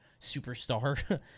Superstar